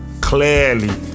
clearly